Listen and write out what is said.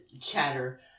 chatter